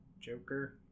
Joker